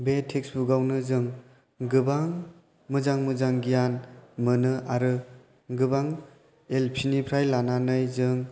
बे टेक्स्त बुकआवनो जों गोबां मोजां मोजां गियान मोनो आरो गोबां एलपिनिफ्राय लानानै जों